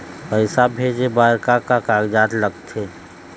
पैसा भेजे बार का का कागजात लगथे?